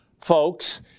folks